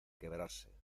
quebrarse